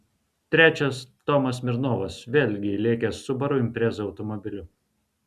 trečias tomas smirnovas vėlgi lėkęs subaru impreza automobiliu